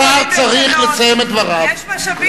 השר צריך לסיים את דבריו.